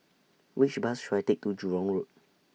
Which Bus should I Take to Jurong Road